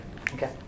Okay